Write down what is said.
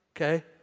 Okay